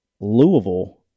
Louisville